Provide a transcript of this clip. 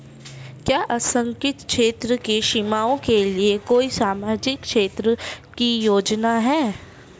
क्या असंगठित क्षेत्र के श्रमिकों के लिए कोई सामाजिक क्षेत्र की योजना है?